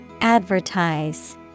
Advertise